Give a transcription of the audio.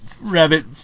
rabbit